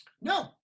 No